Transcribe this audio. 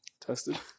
Tested